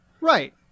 right